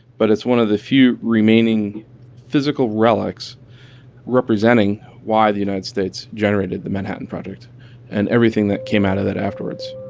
but it's one of the few remaining physical relics representing why the united states generated the manhattan project and everything that came out of that afterwards